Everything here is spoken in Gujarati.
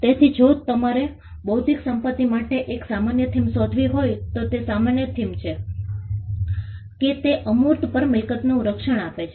તેથી જો તમારે બૌદ્ધિક સંપત્તિ માટે એક સામાન્ય થીમ શોધવી હોય તો તે સામાન્ય થીમ એ છે કે તે અમૂર્ત પર મિલકતનું રક્ષણ આપે છે